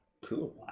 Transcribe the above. Cool